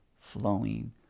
flowing